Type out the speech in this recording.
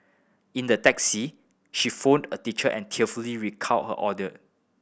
in the taxi she phoned a teacher and tearfully recount her ordeal